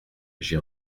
j’y